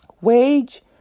wage